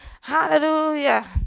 Hallelujah